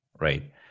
right